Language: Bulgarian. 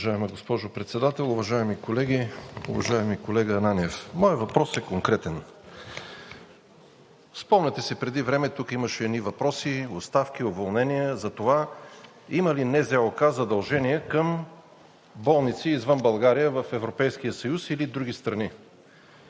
Уважаема госпожо Председател, уважаеми колеги, уважаеми колега Ананиев! Моят въпрос е конкретен. Спомняте си преди време тук имаше едни въпроси, оставки, уволнения за това има ли НЗОК задължения към болници извън България в Европейския съюз или други страни.